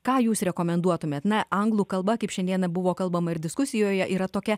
ką jūs rekomenduotumėt na anglų kalba kaip šiandien buvo kalbama ir diskusijoje yra tokia